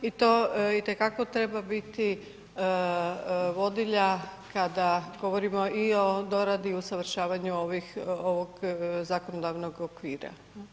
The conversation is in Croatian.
I to itekako treba biti vodilja kada govorimo i o doradi i usavršavanju ovog zakonodavnog okvira.